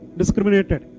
discriminated